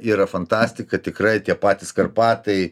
yra fantastika tikrai tie patys karpatai